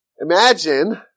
Imagine